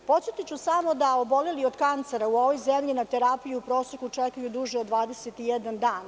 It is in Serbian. Podsetiću samo da oboleli od kancera u ovoj zemlji na terapiju u proseku čekaju duže od 21 dan.